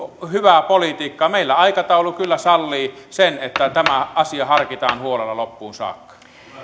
hyvää politiikkaa meillä aikataulu kyllä sallii sen että tämä asia harkitaan huolella loppuun saakka